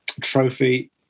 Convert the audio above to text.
trophy